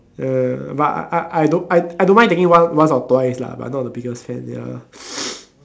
uh but I I don't I I don't mind taking once or twice lah but not the biggest fan ya